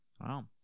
Wow